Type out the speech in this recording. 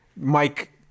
Mike